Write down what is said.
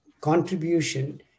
contribution